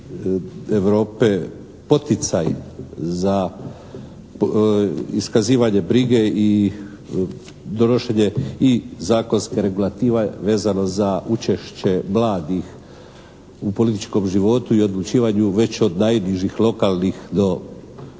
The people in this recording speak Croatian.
Europe poticaj za iskazivanje brige i donošenje i zakonske regulative vezano za učešće mladih u političkom životu i odlučivanju već od najnižih lokalnih preko